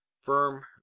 firm